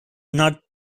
not